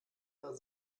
war